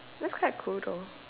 looks quite cool though